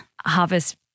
harvest